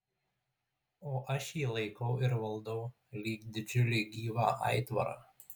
o aš jį laikau ir valdau lyg didžiulį gyvą aitvarą